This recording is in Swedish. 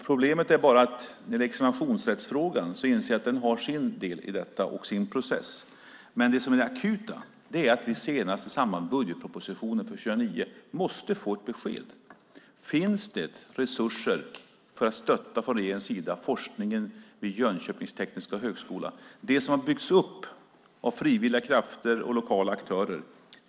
Problemet är att examinationsrättsfrågan har sin del i detta och sin process. Men det som är det akuta är att vi senast i budgetpropositionen för 2009 måste få ett besked. Finns det resurser för att från regeringens sida stötta forskningen vid Jönköpings tekniska högskola, den högskola som har byggts av frivilliga krafter och lokala aktörer?